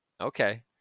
Okay